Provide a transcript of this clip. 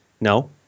no